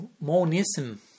monism